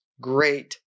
great